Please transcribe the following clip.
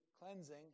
cleansing